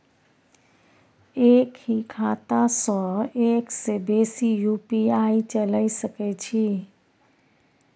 एक ही खाता सं एक से बेसी यु.पी.आई चलय सके छि?